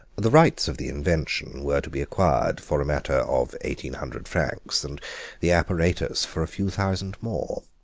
the rights of the invention were to be acquired for a matter of eighteen hundred francs, and the apparatus for a few thousand more.